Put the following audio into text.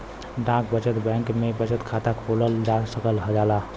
डाक बचत बैंक में बचत खाता खोलल जा सकल जाला